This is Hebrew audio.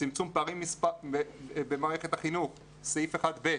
צמצום פערים במערכת החינוך, סעיף 1(ב).